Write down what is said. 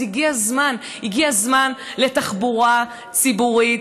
הגיע הזמן, הגיע הזמן לתחבורה ציבורית